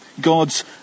God's